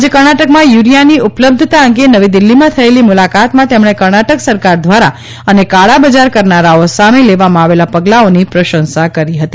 આજે કર્ણાટકમાં યુરિયાની ઉપલબ્ધતા અંગે નવી દિલ્હીમાં થયેલી મુલાકાતમાં તેમણે કર્ણાટક સરકાર દ્વારા અને કાળા બજાર કરનારાઓ સામે લેવામાં આવેલા પગલાઓની પ્રશંસા કરી હતી